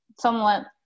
somewhat